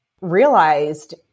realized